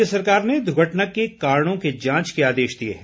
राज्य सरकार ने दुर्घटना के कारणों के जांच के आदेश दिए हैं